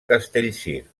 castellcir